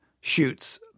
shoots